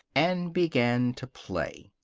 and began to play.